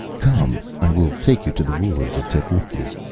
come! i will take you to the rulers of tecuhltli.